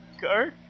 go